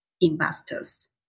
investors